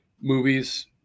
movies